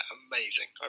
amazing